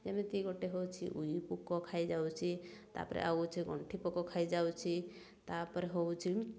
ଯେମିତି ଗୋଟେ ହେଉଛି ଉଈ ପୋକ ଖାଇଯାଉଛି ତାପରେ ଆଉ ହଉଚି ଗଣ୍ଠି ପୋକ ଖାଇଯାଉଛି ତାପରେ ହଉଚି